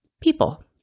people